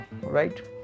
right